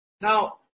Now